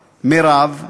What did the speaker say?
מרב,